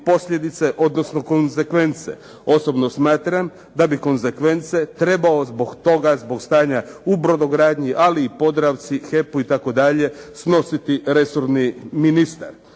posljedice, odnosno konzekvence. Osobno smatram da bi konzekvence trebao zbog toga, zbog stanja u brodogradnji ali i Podravci, HEP-u itd. snositi resorni ministar.